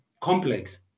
complex